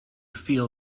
feel